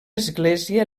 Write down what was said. església